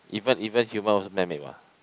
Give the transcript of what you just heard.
even even human also man made what